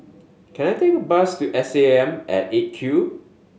can I take a bus to S A M at Eight Q